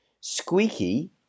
Squeaky